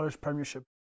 premiership